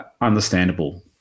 understandable